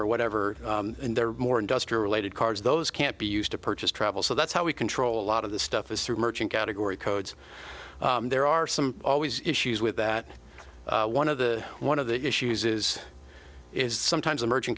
or whatever and there are more industrial related cards those can't be used to purchase travel so that's how we control a lot of the stuff is through merchant category codes there are some always issues with that one of the one of the issues is is sometimes emerging